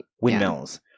Windmills